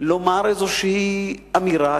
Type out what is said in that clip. לומר איזושהי אמירה.